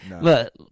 Look